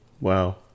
wow